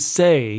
say